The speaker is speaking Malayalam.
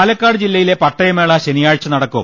പാലക്കാട് ജില്ലയിലെ പട്ടയമേള ശനിയാഴ്ച നടക്കും